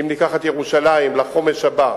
אם ניקח את ירושלים לחומש הבא,